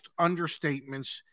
understatements